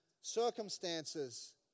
circumstances